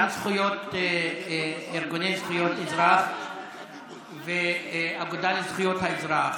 גם ארגוני זכויות אזרח והאגודה לזכויות האזרח,